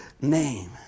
name